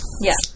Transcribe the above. Yes